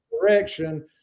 direction